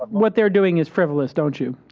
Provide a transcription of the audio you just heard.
what they're doing, is frivolous, don't you?